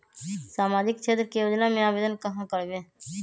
सामाजिक क्षेत्र के योजना में आवेदन कहाँ करवे?